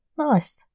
Nice